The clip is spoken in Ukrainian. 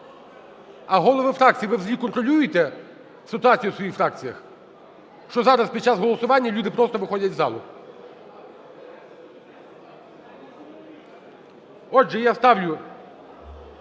А голови фракцій, ви взагалі контролюєте ситуацію у своїх фракціях, що зараз, під час голосування, люди просто виходять із залу? Отже, я ставлю